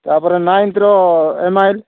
ତା'ପରେ ନାଇନ୍ତ୍ର M I L